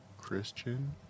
Christian